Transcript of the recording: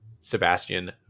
Sebastian